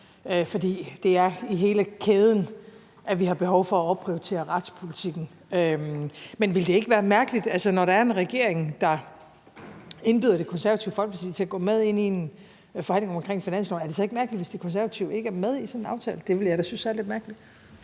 for det er i hele kæden, vi har behov for at opprioritere retspolitikken. Men når der er en regering, der indbyder Det Konservative Folkeparti til at gå med ind i en forhandling omkring finansloven, er det så ikke mærkeligt, hvis De Konservative ikke er med i sådan en aftale? Det ville jeg da synes var lidt mærkeligt.